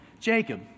Jacob